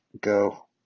go